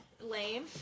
lame